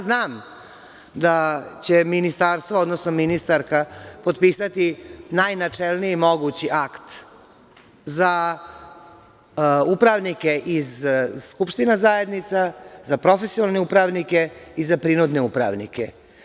Znam da će ministarstvo, odnosno ministarka potpisati najnačelniji mogući akt za upravnike iz skupština zajednica za profesionalne upravnike i za prinudne upravnike.